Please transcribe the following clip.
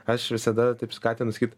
aš visada taip skatinu sakyt